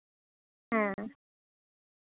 ᱦᱮᱸ